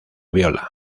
viola